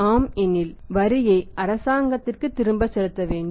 ஆம் எனில் இருப்பு வரியை அரசாங்கத்திற்கு திரும்ப செலுத்த வேண்டும்